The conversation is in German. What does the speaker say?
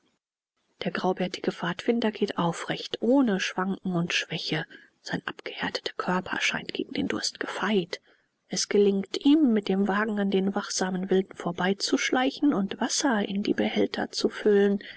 der graubärtige pfadfinder geht aufrecht ohne schwanken und schwäche sein abgehärteter körper scheint gegen den durst gefeit es gelingt ihm mit dem wagen an den wachsamen wilden vorbeizuschleichen und wasser in die behälter zu füllen